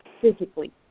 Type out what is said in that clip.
physically